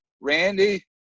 Randy